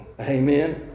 Amen